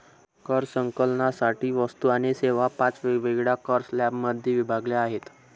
कर संकलनासाठी वस्तू आणि सेवा पाच वेगवेगळ्या कर स्लॅबमध्ये विभागल्या आहेत